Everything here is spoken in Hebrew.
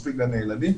מספיק גני ילדים.